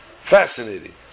Fascinating